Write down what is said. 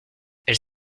elle